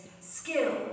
skill